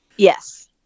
Yes